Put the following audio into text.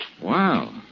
Wow